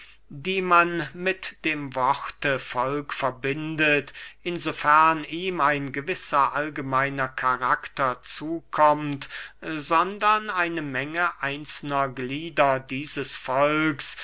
die man mit dem worte volk verbindet in so fern ihm ein gewisser allgemeiner karakter zukommt sondern eine menge einzelner glieder dieses volks